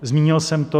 Zmínil jsem to.